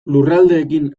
lurraldeekin